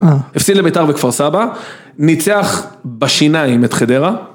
הפסיד לבית"ר בכפר סבא ניצח בשיניים את חדרה